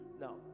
Now